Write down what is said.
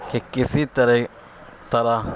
کہ کسی طرح طرح